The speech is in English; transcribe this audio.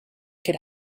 could